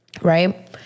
right